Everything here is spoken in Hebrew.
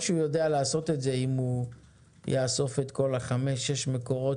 אני לא אפתיע את כולם שבסופו של דבר גם כפי שציין מר שטרום,